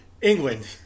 England